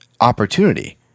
opportunity